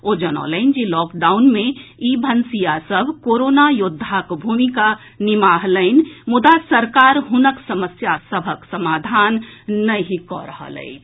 ओ जनौलनि जे लॉकडाउन मे ई भनसिया सभ कोरोना यौद्वाक भुमिका निमाहलनि मुदा सरकार हुनक समस्या सभक समाधान नहि कऽ रहल अछि